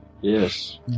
Yes